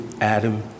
Adam